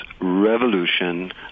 revolution